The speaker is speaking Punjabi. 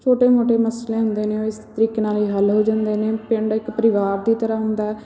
ਛੋਟੇ ਮੋਟੇ ਮਸਲੇ ਹੁੰਦੇ ਨੇ ਉਹ ਇਸ ਤਰੀਕੇ ਨਾਲ ਹੀ ਹੱਲ ਹੋ ਜਾਂਦੇ ਨੇ ਪਿੰਡ ਇੱਕ ਪਰਿਵਾਰ ਦੀ ਤਰ੍ਹਾਂ ਹੁੰਦਾ ਹੈ